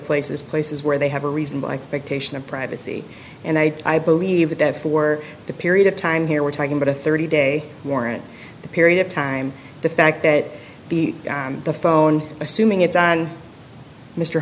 places places where they have a reasonable expectation of privacy and i believe that that for the period of time here we're talking about a thirty day warrant the period of time the fact that the the phone assuming it's